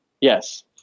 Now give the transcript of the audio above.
yes